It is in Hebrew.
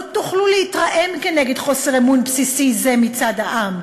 לא תוכלו להתרעם על חוסר אמון בסיסי זה מצד העם.